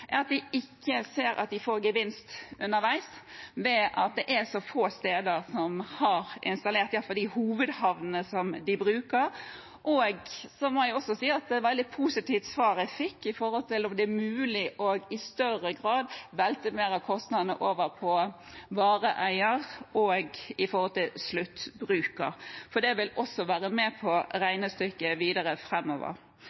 at de ikke ser at de får gevinst underveis ved at det er så få steder som har det installert, i hvert fall hovedhavnene de bruker. Jeg må også si det var et veldig positivt svar jeg fikk på om det er mulig i større grad å velte mer av kostnadene over på vareeier og sluttbruker, for det vil også være med